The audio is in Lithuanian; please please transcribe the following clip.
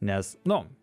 nes nu